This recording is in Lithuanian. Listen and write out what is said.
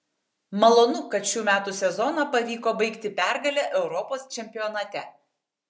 malonu kad šių metų sezoną pavyko baigti pergale europos čempionate